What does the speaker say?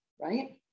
right